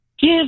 give